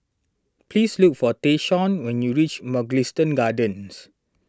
please look for Tayshaun when you reach Mugliston Gardens